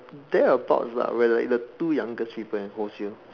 there are pouts lah we're like the two youngest people in wholesale